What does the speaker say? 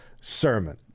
sermon